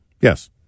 Yes